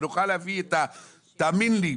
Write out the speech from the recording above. תאמין לי,